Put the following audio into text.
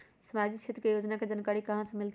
सामाजिक क्षेत्र के योजना के जानकारी कहाँ से मिलतै?